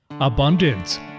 abundance